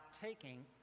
taking